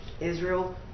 Israel